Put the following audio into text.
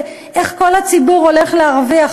ואיך כל הציבור הולך להרוויח.